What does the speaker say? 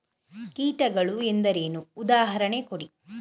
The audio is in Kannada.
ಕೀಟಗಳು ಎಂದರೇನು? ಉದಾಹರಣೆ ಕೊಡಿ?